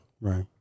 Right